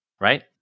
Right